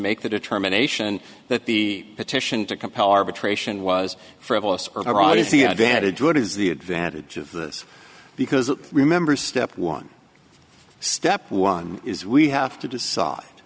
make the determination that the petition to compel arbitration was frivolous or odd is the advantage what is the advantage of this because remember step one step one is we have to decide